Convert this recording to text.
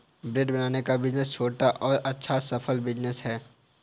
bread बनाने का business छोटा और अच्छा सफल बिज़नेस है